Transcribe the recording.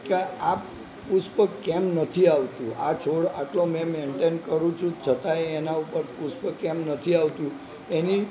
કે આપ પુષ્પો કેમ નથી આવતું આ છોડ આટલો મેં મેન્ટેન કરું છું છતાં એના ઉપર પુષ્પ કેમ નથી આવતું એની